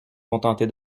contenter